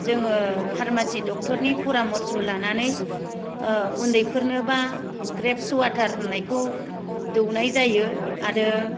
जोङो फार्मासि डक्टरनि परामर्स लानानै उन्दैफोरनोबा ग्रेपस वाटार होननायखौ दौनाय जायो आरो